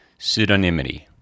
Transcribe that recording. pseudonymity